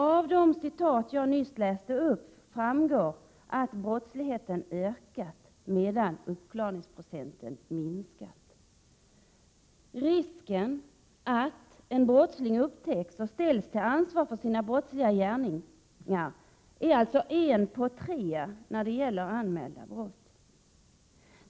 Av det jag inledde mitt anförande med framgår att brottsligheten ökat, medan uppklarningsprocenten minskat. ”Risken” att en brottsling upptäcks och ställs till ansvar för sina brottsliga gärningar är alltså en på tre när det gäller anmälda brott.